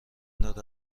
دارد